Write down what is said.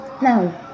now